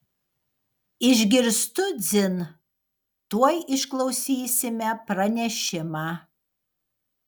išgirstu dzin tuoj išklausysime pranešimą